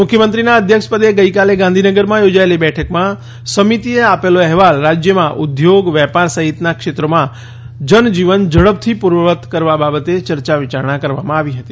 મુખ્યમંત્રીના અધ્યક્ષપદે ગઈકાલે ગાંધીનગરમાં યોજાયેલી બેઠકમાં સમિતિએ આપેલો અહેવાલ રાજ્યમાં ઉદ્યોગ વેપાર સહિતના ક્ષેત્રોમાં જનજીવન ઝડપથી પૂર્વવત કરવા બાબતે ચર્ચા વિચારણા કરવામાં આવી હતી